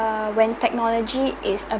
err when technology is